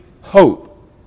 hope